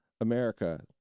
America